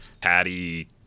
patty